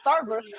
server